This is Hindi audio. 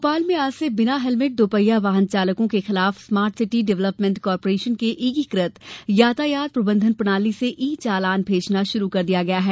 भोपाल में आज से बिना हेलमेट दो पहिया वाहन चलाने वालों के खिलाफ स्मार्ट सिटी डेवलपमेंट कॉर्पोरेशन के एकिकृत यातायात प्रबंधन प्रणाली से ई चालान भेजना शुरू कर दिया है